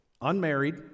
unmarried